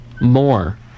more